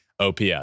OPS